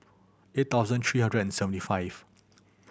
eight thousand three hundred and seventy five